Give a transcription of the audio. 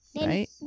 Right